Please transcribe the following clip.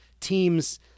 teams